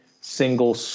single